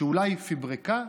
שאולי היא פברקה?